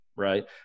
right